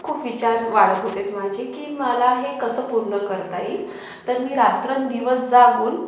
खूप विचार वाढत होते माझे की मला हे कसं पूर्ण करता येईल तर मी रात्रंदिवस जागून